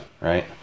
right